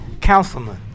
Councilman